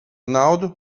naudu